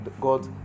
God